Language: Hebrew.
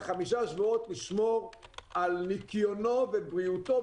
חמישה שבועות לשמור על ניקיונו ובריאותו,